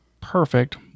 perfect